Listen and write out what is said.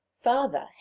father